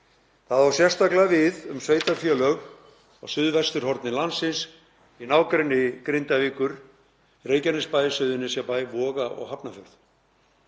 Það á sérstaklega við um sveitarfélög á suðvesturhorni landsins í nágrenni Grindavíkur: Reykjanesbæ, Suðurnesjabæ, Voga og Hafnarfjörð.